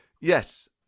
Yes